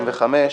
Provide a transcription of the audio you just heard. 135)